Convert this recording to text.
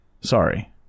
Sorry